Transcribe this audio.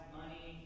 money